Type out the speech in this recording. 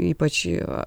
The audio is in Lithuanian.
ypač jo